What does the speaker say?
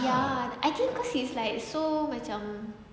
ya I think cause it's like so macam